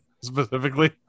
specifically